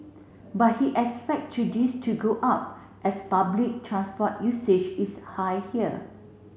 but he expect to this to go up as public transport usage is high here